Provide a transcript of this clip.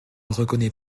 reconnaît